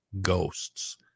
ghosts